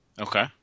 Okay